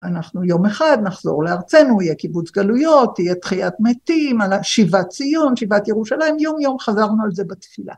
אנחנו יום אחד נחזור לארצנו, יהיה קיבוץ גלויות, תהיה תחיית מתים, שיבת ציון, שיבת ירושלים, יום יום חזרנו על זה בתפילה.